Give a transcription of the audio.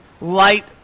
light